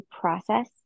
process